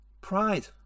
pride